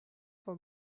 for